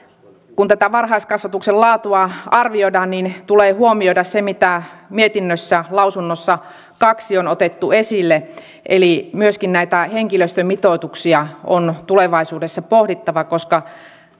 kun tätä varhaiskasvatuksen laatua arvioidaan niin tulee huomioida se mitä mietinnössä lausunnossa kaksi on otettu esille eli myöskin näitä henkilöstömitoituksia on tulevaisuudessa pohdittava koska